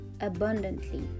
abundantly